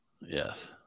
Yes